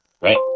Right